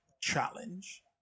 challenge